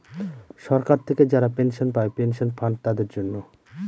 সরকার থেকে যারা পেনশন পায় পেনশন ফান্ড তাদের জন্য